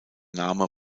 name